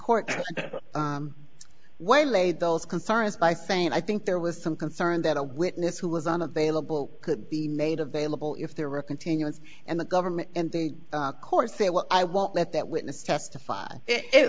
court way laid those concerns by saying i think there was some concern that a witness who was unavailable could be made available if there were a continuance and the government and the course say well i won't let that witness testify i